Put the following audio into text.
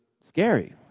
scary